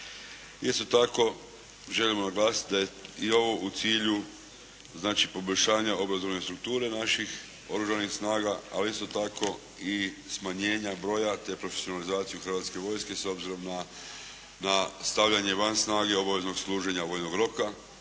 Isto tako želimo naglasiti da je i ovo u cilju poboljšanja obrazovne strukture naših oružanih snaga ali isto tako i smanjenja broja te profesionalizaciju Hrvatske vojske na stavljanje van snage obaveznog služenja vojnog roka.